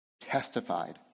testified